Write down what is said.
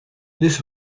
this